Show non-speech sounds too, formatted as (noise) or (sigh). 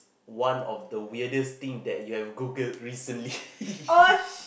one of the weirdest thing that you have Googled recently (laughs)